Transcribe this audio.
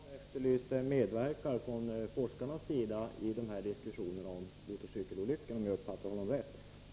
Herr talman! Elver Jonsson efterlyste en medverkan från forskarnas sida i diskussionen om motorcykelolyckorna, om jag fattade honom rätt.